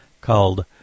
called